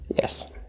Yes